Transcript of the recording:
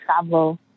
travel